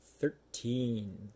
thirteen